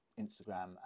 instagram